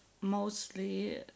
mostly